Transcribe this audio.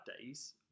days